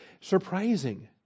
surprising